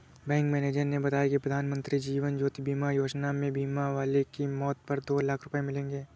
bank manager ने बताया कि प्रधानमंत्री जीवन ज्योति बीमा योजना में बीमा वाले की मौत पर दो लाख रूपये मिलेंगे